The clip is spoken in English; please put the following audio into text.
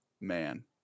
man